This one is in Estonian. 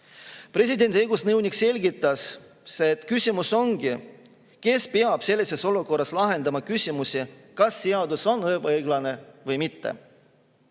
Presidendi õigusnõunik selgitas, et küsimus ongi selles, kes peab sellises olukorras lahendama küsimusi, kas seadus on ebaõiglane või mitte.